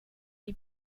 dei